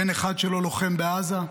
בן אחד שלו לוחם בעזה,